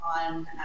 on